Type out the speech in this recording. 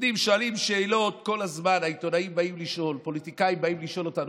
ועל האמון בממשלה,